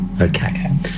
Okay